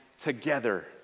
together